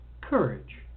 courage